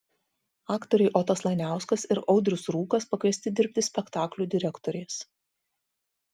aktoriai otas laniauskas ir audrius rūkas pakviesti dirbti spektaklių direktoriais